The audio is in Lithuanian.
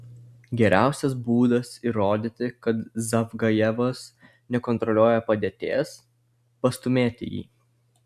geriausias būdas įrodyti kad zavgajevas nekontroliuoja padėties pastūmėti jį